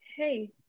Hey